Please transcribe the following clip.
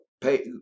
pay